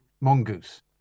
mongoose